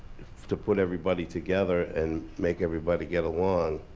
to put everybody together, and make everybody get along,